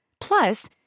Plus